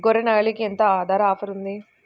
గొర్రె, నాగలికి ఎంత ధర ఆఫర్ ఉంది?